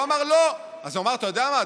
הוא אמר לא, אז הוא אמר: אתה יודע מה?